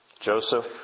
Joseph